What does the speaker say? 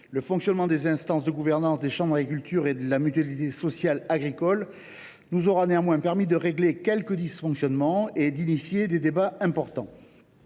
le fonctionnement des instances de gouvernance des chambres d’agriculture et de la Mutualité sociale agricole nous aura néanmoins permis de mettre fin à quelques dysfonctionnements et d’engager des débats importants.